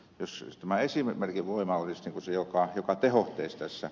ehkä tämä esimerkin voima olisi se joka tehoaisi tässä